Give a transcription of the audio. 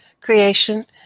creation